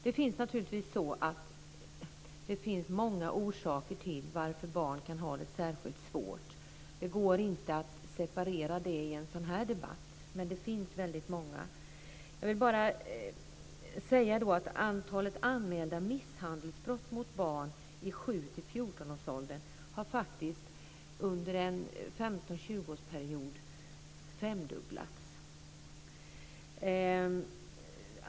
Det finns naturligtvis många orsaker till att barn kan ha det särskilt svårt. Det går inte att separera det i en sådan här debatt. Men det finns väldigt många orsaker. 14-årsåldern har under en 15-20-årsperiod faktiskt femdubblats.